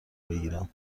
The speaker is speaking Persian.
بگیرم